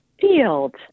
field